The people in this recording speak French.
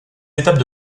étapes